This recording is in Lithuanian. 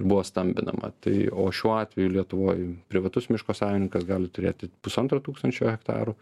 buvo stambinama tai o šiuo atveju lietuvoj privatus miško savininkas gali turėti pusantro tūkstančio hektarų